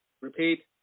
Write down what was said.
Repeat